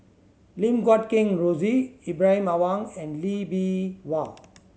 Lim Guat Kheng Rosie Ibrahim Awang and Lee Bee Wah